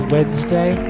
Wednesday